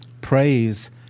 Praise